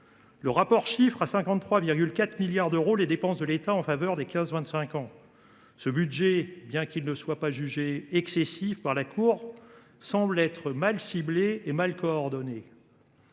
Le rapport chiffre à 53,4 milliards d’euros les dépenses de l’État en faveur des 15 25 ans. Ce budget, bien qu’il ne soit pas jugé excessif par la Cour, semble être mal ciblé et mal coordonné.